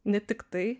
ne tik tai